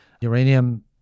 Uranium